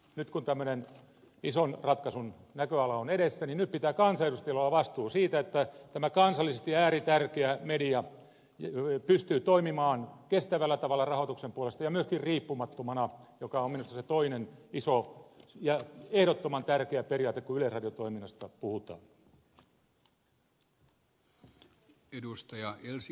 nyt kun tämmöinen ison ratkaisun näköala on edessä niin nyt pitää kansanedustajilla olla vastuu siitä että tämä kansallisesti ääritärkeä media pystyy toimimaan kestävällä tavalla rahoituksen puolesta ja myöskin riippumattomana mikä on minusta se toinen iso ja ehdottoman tärkeä periaate kun yleisradiotoiminnasta puhutaan